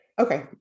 Okay